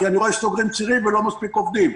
כי אני רואה שסוגרים צירים ולא מספיק עובדים,